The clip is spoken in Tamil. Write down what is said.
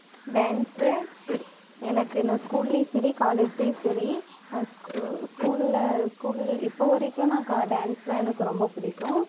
டான்ஸ் எனக்கு நான் ஸ்கூல்லையும் சரி காலேஜ்லையும் சரி ஸ்கூ ஸ்கூல்ல ஸ்கூல் இப்போ வரைக்கும் நா கா டான்ஸ் தான் எனக்கு ரொம்ப பிடிக்கும்